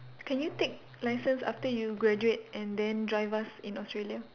can you take licence after you graduate and then drive us in Australia